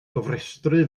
gofrestru